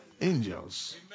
Angels